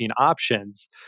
options